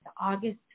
August